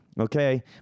okay